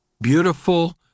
beautiful